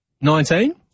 nineteen